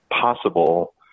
possible